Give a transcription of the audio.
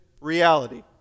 reality